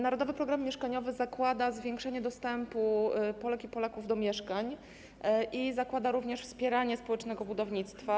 Narodowy Program Mieszkaniowy zakłada zwiększenie dostępu Polek i Polaków do mieszkań i zakłada również wspieranie społecznego budownictwa.